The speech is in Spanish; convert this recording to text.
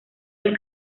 del